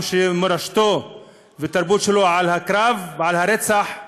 עם שמורשתו והתרבות שלו על הקרב ועל הרצח,